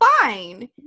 fine